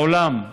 מעולם.